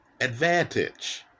advantage